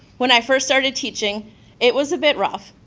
when i first started teaching it was a bit rough,